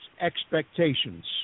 expectations